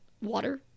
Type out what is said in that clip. water